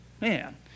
man